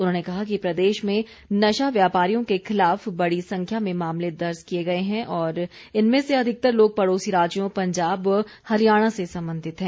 उन्होंने कहा कि प्रदेश में नशा व्यापरियों के खिलाफ बड़ी संख्या में मामले दर्ज किए गए हैं और इनमें से अधिकतर लोग पड़ौसी राज्यों पंजाब व हरियाणा से संबंधित हैं